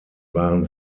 waren